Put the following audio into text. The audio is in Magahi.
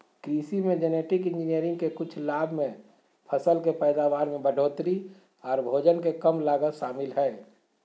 कृषि मे जेनेटिक इंजीनियरिंग के कुछ लाभ मे फसल के पैदावार में बढ़ोतरी आर भोजन के कम लागत शामिल हय